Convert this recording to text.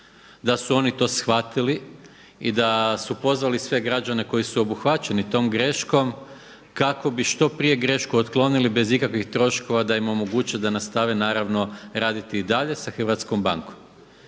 da su to oni shvatili i da su pozvali sve građane koji su obuhvaćeni tom greškom kako bi što prije grešku otklonili bez ikakvih troškova da im omoguće da nastave naravno raditi i dalje sa hrvatskom bankom.